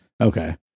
okay